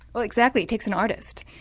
well exactly, it takes an artist.